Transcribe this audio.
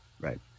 right